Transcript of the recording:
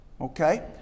Okay